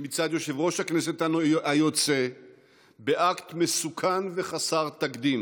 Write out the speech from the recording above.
מצד יושב-ראש הכנסת היוצא באקט מסוכן וחסר תקדים